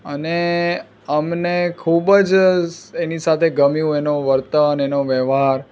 અને અમને ખૂબ જ એની સાથે ગમ્યું એનો વર્તન એનો વ્યવહાર